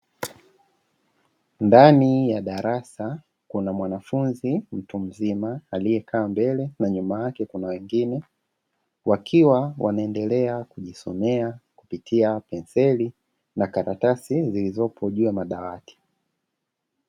Ndani ya darasa kuna mwanafunzi mtu mzima aliyekaa mbele na nyuma yake kuna wengine, wakiwa wanaendelea kujisomea kupitia penseli na karatasi zilizopo juu ya madawati.